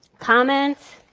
comments?